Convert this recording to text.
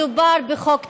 מדובר בחוק טוב,